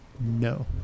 No